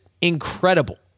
incredible